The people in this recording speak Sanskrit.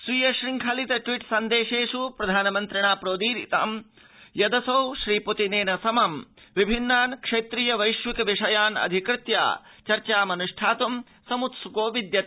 स्वीय शृंखलित ट्वीट् सन्देशेष् प्रधानमन्त्रिणा प्रोदीरितं यदसौ श्रीप्तिनेन समं विभिन्नान् क्षेत्रीय वैश्विक विषयान् अधिकृत्य चर्चामाचरितुं समुत्सुकोऽस्ति